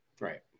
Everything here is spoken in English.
Right